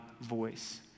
voice